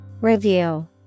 Review